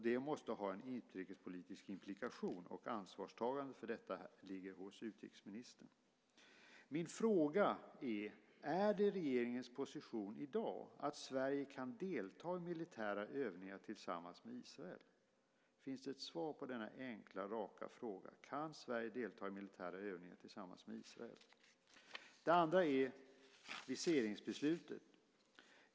Det måste ha en utrikespolitisk implikation, och ansvarstagandet för detta ligger hos utrikesministern. Min fråga är: Är det regeringens position i dag att Sverige kan delta i militära övningar tillsammans med Israel? Finns det ett svar på denna enkla och raka fråga? Kan Sverige delta i militära övningar tillsammans med Israel? Den andra frågan gäller viseringsbeslutet.